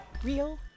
Real